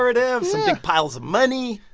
sort of piles of money.